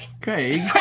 Craig